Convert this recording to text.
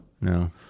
No